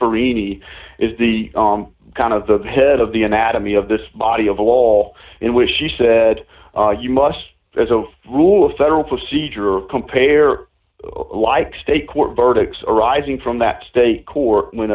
rini is the kind of the head of the anatomy of this body of all in which she said you must as a rule of federal procedure compare like state court verdicts arising from that state court when